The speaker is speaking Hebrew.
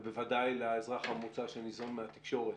ובוודאי לאזרח הממוצע שניזון מהתקשורת,